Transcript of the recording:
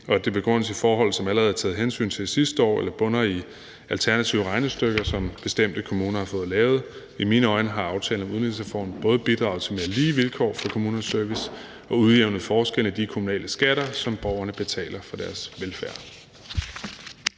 og at det begrundes i forhold, der allerede er taget hensyn til sidste år, eller bunder i alternative regnestykker, som bestemte kommuner har fået lavet. I mine øjne har aftalen om udligningsreformen både bidraget til mere lige vilkår for kommunernes service og udjævnet forskellene i de kommunale skatter, som borgerne betaler for deres velfærd.